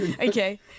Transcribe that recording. okay